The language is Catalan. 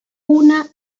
una